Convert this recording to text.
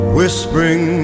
whispering